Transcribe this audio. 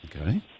Okay